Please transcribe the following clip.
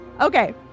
Okay